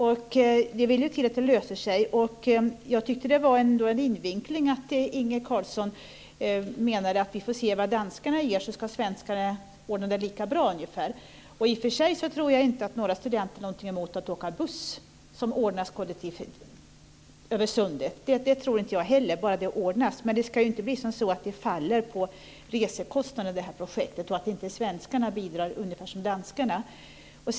Det vill till att det löser sig. Jag tycker ändå att det var en invinkling att Inge Carlsson menade att vi får se vad danskarna ger så ska svenskarna få det ungefär lika bra. I och för sig tror jag inte att några studenter har något emot att åka buss som ordnas kollektivt över sundet. Det tror inte jag heller att de har - bara det ordnas. Det ska inte bli så att det här projektet faller på resekostnaden och på att inte svenskarna bidrar ungefär på samma sätt som danskarna.